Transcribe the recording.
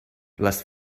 les